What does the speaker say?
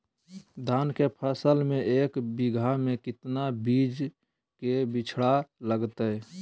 धान के फसल में एक बीघा में कितना बीज के बिचड़ा लगतय?